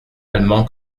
allemand